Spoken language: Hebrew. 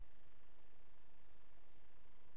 במקום שראש הממשלה נתניהו ייכנס למשא-ומתן על סוגיות הליבה,